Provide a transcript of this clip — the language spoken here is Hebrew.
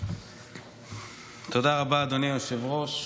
תודה רבה, אדוני היושב-ראש.